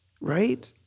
right